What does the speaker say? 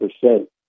percent